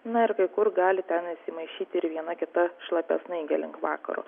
na ir kai kur gali ten įsimaišyti ir viena kita šlapia snaigė link vakaro